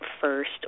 first